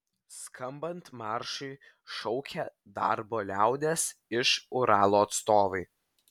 skambant maršui šaukė darbo liaudies iš uralo atstovai